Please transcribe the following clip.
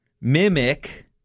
mimic